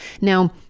Now